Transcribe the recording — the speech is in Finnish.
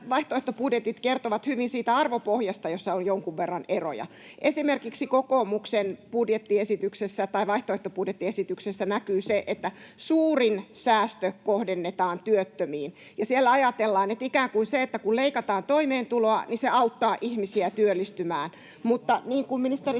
vaihtoehtobudjetit kertovat hyvin siitä arvopohjasta, jossa on jonkun verran eroja. Esimerkiksi kokoomuksen vaihtoehtobudjettiesityksessä näkyy se, että suurin säästö kohdennetaan työttömiin. Siellä ajatellaan, että ikään kuin se, että kun leikataan toimeentuloa, niin se auttaa ihmisiä työllistymään, [Ben Zyskowicz: